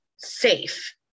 safe